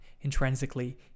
intrinsically